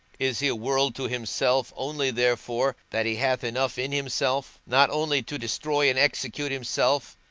is he a world to himself only therefore, that he hath enough in himself, not only to destroy and execute himself,